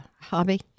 hobby